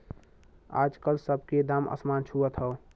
आजकल सब के दाम असमान छुअत हौ